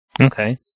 Okay